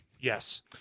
Yes